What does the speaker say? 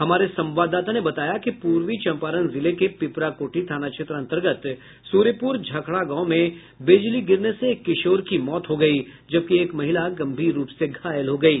हमारे संवाददाता ने बताया कि पूर्वी चम्पारण जिले के पिपरा कोठी थाना क्षेत्र अंतर्गत सूर्यपुर झखरा गांव में बिजली गिरने से एक किशोर की मौत हो गयी जबकि एक महिला गम्भीर रूप से घायल हो गयी